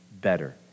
better